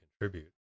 contribute